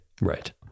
right